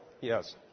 Yes